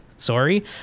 Sorry